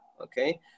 Okay